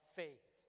faith